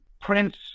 Prince